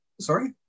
sorry